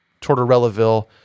Tortorellaville